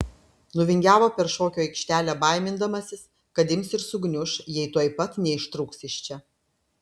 nuvingiavo per šokių aikštelę baimindamasis kad ims ir sugniuš jei tuoj pat neištrūks iš čia